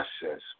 process